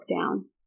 down